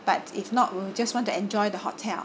but if not we'll just want to enjoy the hotel